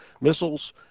missiles